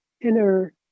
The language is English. inner